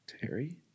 Terry